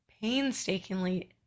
painstakingly